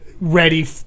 ready